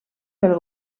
pel